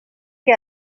que